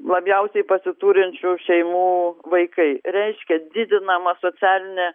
labiausiai pasiturinčių šeimų vaikai reiškia didinama socialinė